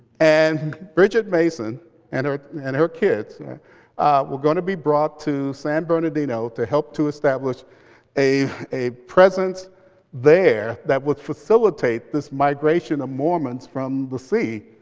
and bridget mason and her and her kids were going to be brought to san bernardino to help to establish a a presence there that would facilitate this migration of mormons from the sea,